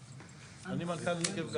אני מנכ"ל נגב גז.